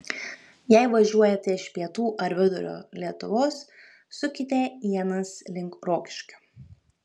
jei važiuojate iš pietų ar vidurio lietuvos sukite ienas link rokiškio